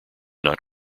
not